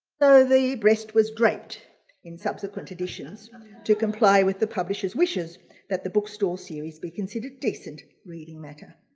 though the breast was draped in subsequent editions to comply with the publishers wishes that the bookstall series be considered decent reading matter.